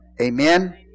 Amen